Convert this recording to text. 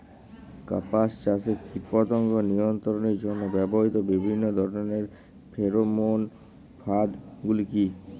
কাপাস চাষে কীটপতঙ্গ নিয়ন্ত্রণের জন্য ব্যবহৃত বিভিন্ন ধরণের ফেরোমোন ফাঁদ গুলি কী?